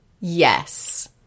Yes